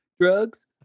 Drugs